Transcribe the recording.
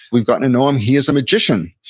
we've gotten to know him. he is a magician.